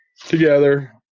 together